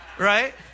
right